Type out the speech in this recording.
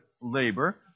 labor